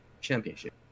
championship